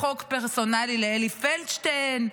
בחוק פרסונלי לאלי פלדשטיין,